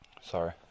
Sorry